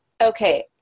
okay